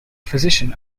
physician